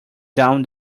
down